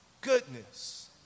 goodness